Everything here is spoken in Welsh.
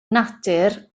natur